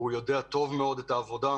הוא יודע היטב את העבודה.